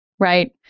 Right